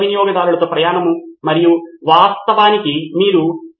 అదేవిధంగా ఒక మూల సమాచారము మరియు విద్యార్థులు వారి ప్రశ్నలు లేదా ఏమైనా లేదా సందేహాలతో వస్తారు